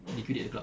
liquidate the club